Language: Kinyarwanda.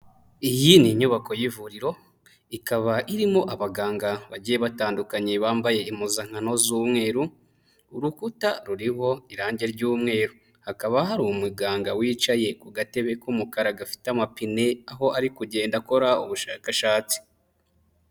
Iyi ni inyubako y'ivuriro ikaba irimo abaganga bagiye batandukanye bambaye impuzankano z'umweru, urukuta ruriho irange ry'umweru hakaba hari umuganga wicaye ku gatebe k'umukara gafite amapine aho ari kugenda akora ubushakashatsi.